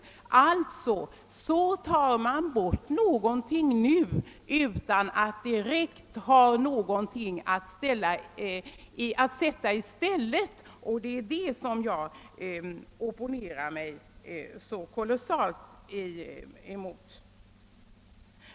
Man tar alltså nu bort en sak utan att ha någonting direkt att sätta i dess ställe. Det är det jag opponerar mig så kolossalt emot.